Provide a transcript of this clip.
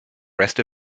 rest